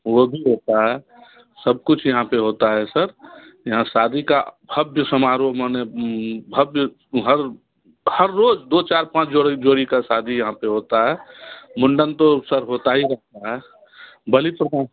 वो भी होता है सब कुछ यहाँ पर होता है सर यहाँ शादी का भब्य समारोह माने भब्य हर हर रोज़ दो चार पाँच जोड़ें जोड़ी का शादी यहाँ पर होता है मुंडन तो सर होता ही रहता है